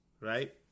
right